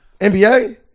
NBA